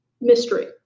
mystery